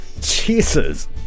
Jesus